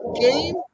game